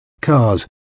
Cars